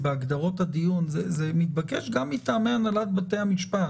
למרות שבעיקרון בזמנו חשבנו שזה יותר מתאים דווקא להנהלת בתי המשפט,